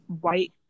white